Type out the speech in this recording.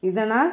இதனால்